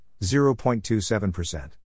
0.27%